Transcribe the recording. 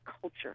culture